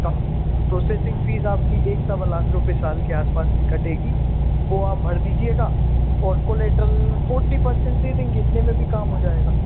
कम processing fees आपकी एक सवा लाख रुपए साल के आस पास की कटेगी वो आप भर दीजिएगा ओर कोलेटरल फ़ोर्टी पर्सेंट दे देंगे इतने में भी काम हो जाएगा